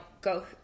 go